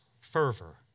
fervor